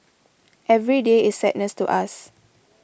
every day is sadness to us